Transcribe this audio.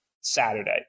Saturday